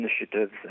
initiatives